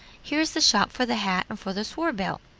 here is the shop for the hat and for the sword-belt.